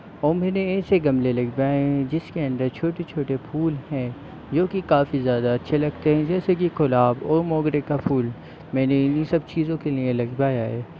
और मैंने ऐसे गमले लगवाएं हैं जिसके अंदर छोटे छोटे फूल हैं जो कि काफ़ी ज़्यादा अच्छे लगते हैं जैसे कि गुलाब और मोगरे का फूल मैंने इन्हीं सब चीज़ों के लिए लगवाया है